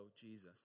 Jesus